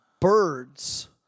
birds